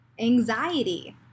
anxiety